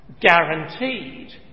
guaranteed